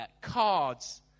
cards